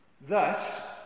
thus